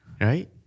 right